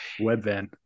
Webvan